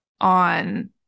on